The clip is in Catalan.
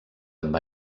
amb